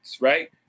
right